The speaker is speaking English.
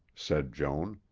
said joan.